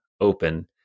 open